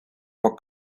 for